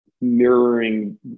mirroring